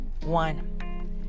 one